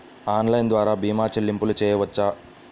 Online ద్వార భీమా చెల్లింపులు చేయవచ్చా?